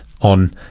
on